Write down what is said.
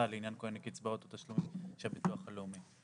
לעניין כל מיני קצבאות או תשלומים של הביטוח הלאומי.